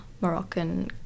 moroccan